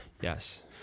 Yes